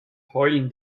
heulen